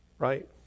Right